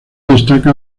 destaca